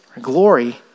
Glory